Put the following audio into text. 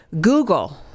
Google